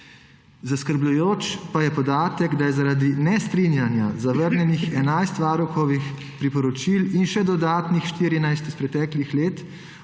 Zaskrbljujoč pa je podatek, da je zaradi nestrinjanja zavrnjenih 11 varuhovih priporočil in še dodatnih 14 iz preteklih let,